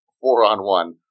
four-on-one